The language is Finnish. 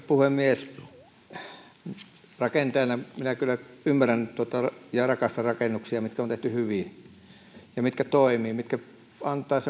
puhemies rakentajana minä kyllä ymmärrän ja rakastan rakennuksia mitkä on tehty hyvin mitkä toimivat mitkä antavat